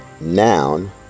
Noun